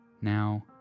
Now